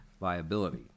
viability